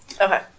Okay